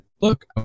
Look